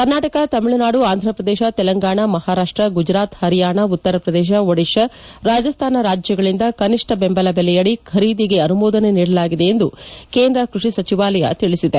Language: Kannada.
ಕರ್ನಾಟಕ ತಮಿಳುನಾಡು ಆಂಧ್ರಪ್ರದೇಶ ತೆಲಂಗಾಣ ಮಹಾರಾಪ್ಸ ಗುಜರಾತ್ ಹರಿಯಾಣ ಉತ್ತರ ಪ್ರದೇಶ ಒಡಿಶಾ ರಾಜಸ್ತಾನ ರಾಜ್ಞಗಳಿಂದ ಕನಿಷ್ನ ಬೆಂಬಲ ಬೆಲೆಯಡಿ ಖರೀದಿಗೆ ಅನುಮೋದನೆ ನೀಡಲಾಗಿದೆ ಎಂದು ಕೇಂದ್ರ ಕೃಷಿ ಸಚಿವಾಲಯ ತಿಳಿಸಿದೆ